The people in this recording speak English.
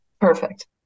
Perfect